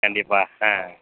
கண்டிப்பாக ஆ